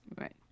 right